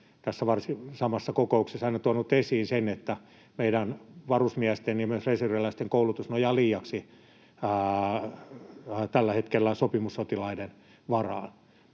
varsin samassa kokouksessa aina tuonut esiin, että meidän varusmiesten ja myös reserviläisten koulutus nojaa liiaksi tällä hetkellä sopimussotilaiden varaan.